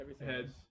Heads